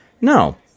No